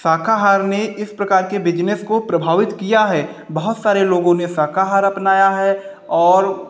शाकाहार ने इस प्रकार के बिज़नेस को प्रभावित किया है बहुत सारे लोगों ने शाकाहार अपनाया है और